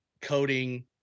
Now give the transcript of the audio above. coding